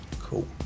Cool